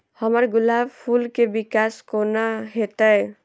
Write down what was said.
हम्मर गुलाब फूल केँ विकास कोना हेतै?